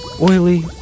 oily